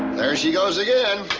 there she goes again.